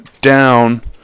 down